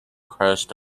crest